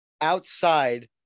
outside